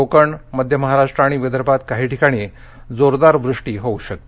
कोकण मध्य महाराष्ट्र आणि विदर्भात काही ठिकाणी जोरदार वृष्टी होऊ शकते